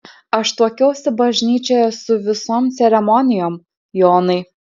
aš tuokiausi bažnyčioje su visom ceremonijom jonai